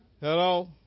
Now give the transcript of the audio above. Hello